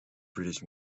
british